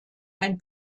ein